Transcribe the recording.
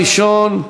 המציע הראשון,